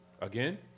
Again